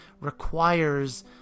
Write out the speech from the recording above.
requires